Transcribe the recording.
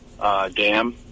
dam